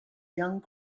young